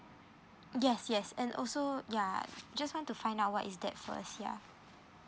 yes yes and also yeah just want to find out what is that first yeah